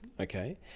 Okay